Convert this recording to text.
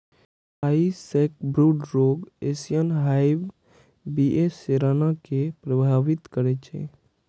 Thai sacbrood रोग Asian hive बी.ए सेराना कें प्रभावित करै छै